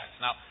Now